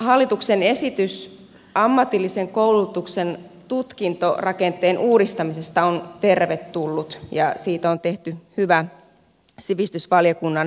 hallituksen esitys ammatillisen koulutuksen tutkintorakenteen uudistamisesta on tervetullut ja siitä on tehty hyvä sivistysvaliokunnan mietintö